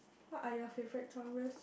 what are your favourite genres